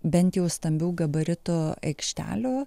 bent jau stambių gabaritų aikštelių